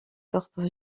sortent